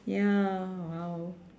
ya !wow!